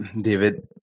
David